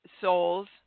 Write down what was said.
souls